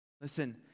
Listen